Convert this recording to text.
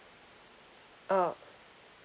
oh